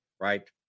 right